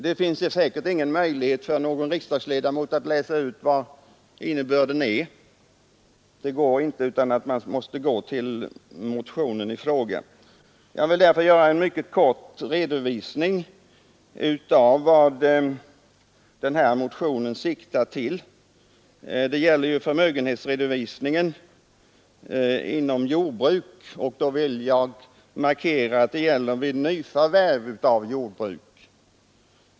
Det finns ingen möjlighet för någon riksdagsledamot att ur betänkandet läsa ut vad innebörden är utan att gå till motionen i fråga. Jag vill därför lämna en mycket kort redovisning av vad denna motion syftar till. Motionen rör förmögenhetsredovisning inom jordbruket, och jag vill markera att den gäller vid nyförvärv av jordbruk.